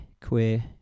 queer